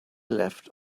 left